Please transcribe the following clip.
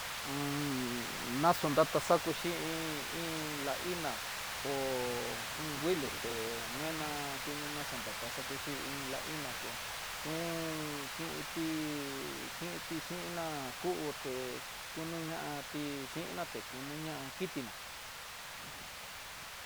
naxo ndaxa ndaku xhin, iin iin la iná ha iin nguilo té nguena kuina na xantata xé la iná kó xon kiti kiti xhinan kuté, kunu ñatí xhiná tekunoña xhitiná.